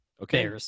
Okay